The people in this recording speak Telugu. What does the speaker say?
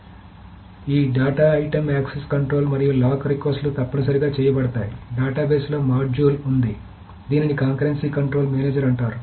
కాబట్టి ఈ డేటా ఐటెమ్ యాక్సెస్ కంట్రోల్ మరియు లాక్ రిక్వెస్ట్లు తప్పనిసరిగా చేయబడతాయి డేటాబేస్లో మాడ్యూల్ ఉంది దీనిని కాంకరెన్సీ కంట్రోల్ మేనేజర్ అంటారు